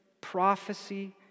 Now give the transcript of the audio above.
prophecy